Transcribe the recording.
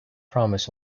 promise